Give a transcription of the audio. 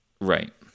Right